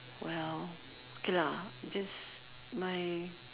well okay lah just my